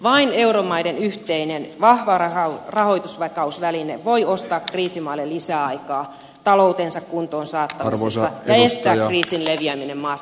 vain euromaiden yhteinen vahva rahoitusvakausväline voi ostaa kriisimaille lisäaikaa niiden talouden kuntoon saattamisessa ja estää kriisin leviämisen maasta toiseen